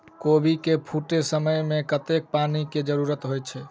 कोबी केँ फूटे समय मे कतेक पानि केँ जरूरत होइ छै?